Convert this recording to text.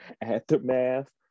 Aftermath